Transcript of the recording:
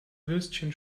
würstchen